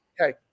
okay